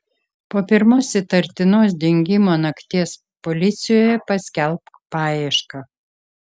po pirmos įtartinos dingimo nakties policijoje paskelbk paiešką